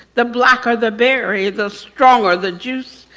the blacker the berry the stronger the juice.